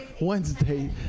Wednesday